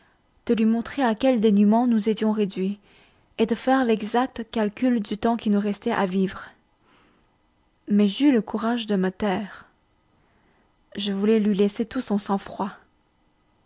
de lui montrer à quel dénûment nous étions réduits et de faire l'exact calcul du temps qui nous restait à vivre mais j'eus le courage de me taire je voulais lui laisser tout son sang-froid